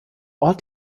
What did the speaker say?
ort